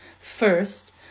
First